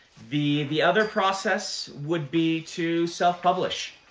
the the other process would be to self-publish